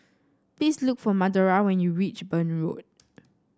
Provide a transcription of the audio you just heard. please look for Madora when you reach Burn Road